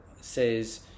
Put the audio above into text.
says